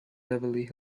beverly